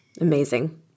Amazing